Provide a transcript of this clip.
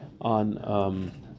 on